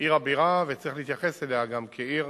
עיר הבירה וצריך להתייחס אליה גם כעיר